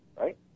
right